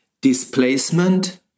Displacement